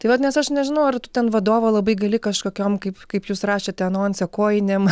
tai vat nes aš nežinau ar tu ten vadovo labai gali kažkokiom kaip kaip jūs rašėte anonse kojinėm